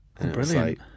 Brilliant